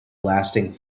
lasting